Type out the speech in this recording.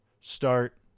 start